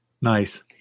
Nice